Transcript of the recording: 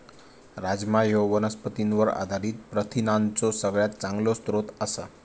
राजमा ह्यो वनस्पतींवर आधारित प्रथिनांचो सगळ्यात चांगलो स्रोत आसा